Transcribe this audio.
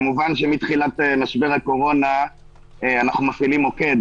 כמובן שמתחילת משבר הקורונה אנחנו מפעילים מוקד